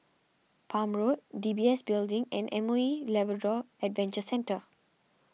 Palm Road D B S Building and M O E Labrador Adventure Centre